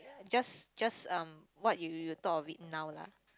just just um what you you thought of it now lah